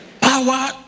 Power